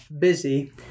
busy